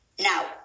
now